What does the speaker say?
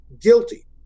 guilty